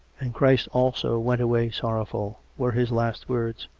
and christ also went away sorrowful were his last words.